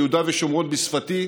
יהודה ושומרון בשפתי,